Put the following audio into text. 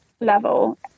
level